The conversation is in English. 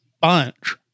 Bunch